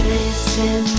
Listen